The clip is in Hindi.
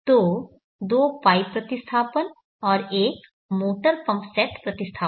तो दो पाइप प्रतिस्थापन और एक मोटर पंप सेट प्रतिस्थापन